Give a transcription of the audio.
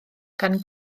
gan